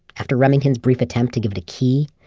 after remingtons brief attempt to give it a key,